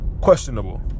questionable